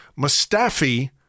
Mustafi